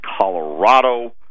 colorado